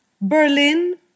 Berlin